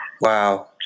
Wow